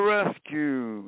Rescue